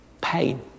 Pain